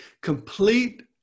complete